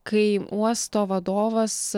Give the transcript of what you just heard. kai uosto vadovas